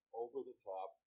over-the-top